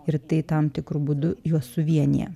ir tai tam tikru būdu juos suvienija